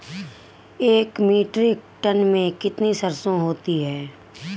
एक metric tonne में कितनी सरसों होती है?